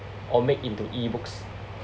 or make into E books